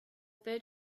third